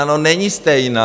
No není stejná!